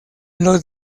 los